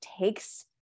takes